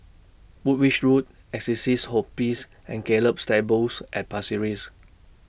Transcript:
Woolwich Road Assisi's Hospice and Gallop Stables At Pasir Ris